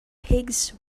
pigs